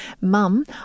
Mum